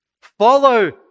Follow